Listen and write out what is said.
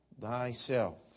thyself